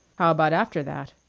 how about after that?